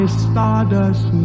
stardust